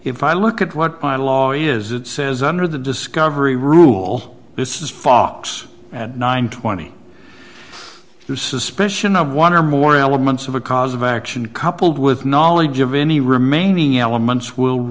if i look at what by law is it says under the discovery rule this is fox at nine hundred and twenty two suspicion of one or more elements of a cause of action coupled with knowledge of any remaining elements will